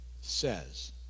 says